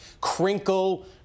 Crinkle